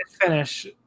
finish